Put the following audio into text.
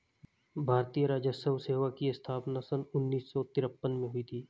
भारतीय राजस्व सेवा की स्थापना सन उन्नीस सौ तिरपन में हुई थी